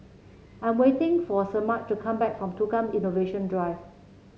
I'm waiting for Semaj to come back from Tukang Innovation Drive